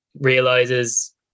realizes